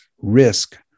risk